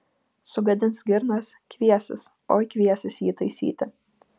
sugadins girnas kviesis oi kviesis jį taisyti